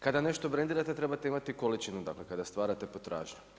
Kada nešto brendirate trebate imati količinu, dakle kada stvarate potražnju.